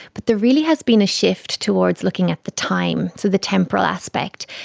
but there really has been a shift towards looking at the time, so the temporal aspect.